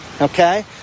okay